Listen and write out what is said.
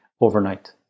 overnight